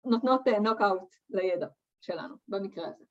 ‫נותנות נוקאוט לידע שלנו במקרה הזה.